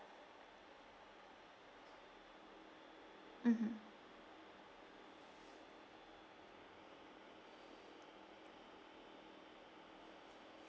mmhmm